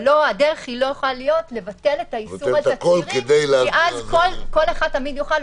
אבל הדרך לא יכולה להיות ביטול האיסור התצהירי כי אז כל אחד יוכל תמיד,